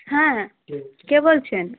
হ্যাঁ কে বলছেন